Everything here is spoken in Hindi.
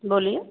बोलिए